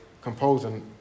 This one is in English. composing